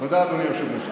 תודה, אדוני היושב-ראש.